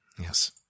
Yes